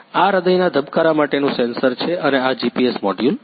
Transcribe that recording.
આ હૃદયના ધબકારા માટેનું સેન્સર છે અને આ જીપીએસ મોડ્યુલ છે